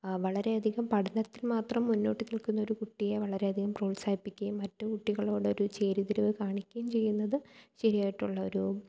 വളരെയധികം പഠനത്തിൽ മാത്രം മുന്നോട്ട് നിൽക്കുന്നൊരു കുട്ടിയെ വളരെയധികം പ്രോത്സാഹിപ്പിക്കുകയും മറ്റ് കുട്ടികളോടൊരു ചേരി തിരിവ് കാണിക്കുകയും ചെയ്യുന്നത് ശരിയായിട്ടുള്ളൊരു